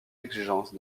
exigences